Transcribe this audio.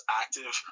active